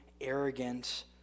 arrogant